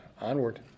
onward